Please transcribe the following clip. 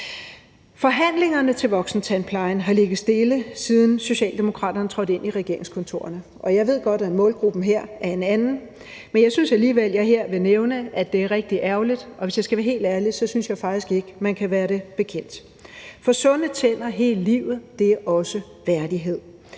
Forhandlingerne om voksentandplejen har ligget stille, siden Socialdemokraterne trådte ind i regeringskontorerne. Og jeg ved godt, at målgruppen her er en anden, men jeg synes alligevel, jeg her vil nævne, at det er rigtig ærgerligt. Og hvis jeg skal være helt ærlig, så synes jeg faktisk ikke, man kan være det bekendt. For sunde tænder hele livet er også værdighed.